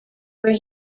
where